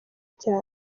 cyane